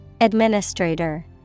Administrator